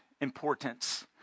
importance